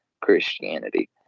Christianity